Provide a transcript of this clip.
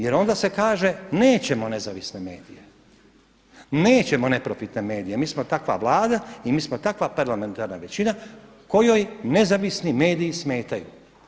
Jer onda se kaže nećemo nezavisne medije, nećemo neprofitne medije, mi smo takva Vlada i mi smo takva parlamentarna većina kojoj nezavisni mediji smetaju.